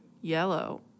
yellow